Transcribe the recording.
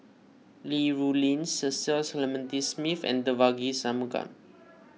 Li Rulin Cecil Clementi Smith and Devagi Sanmugam